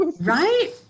Right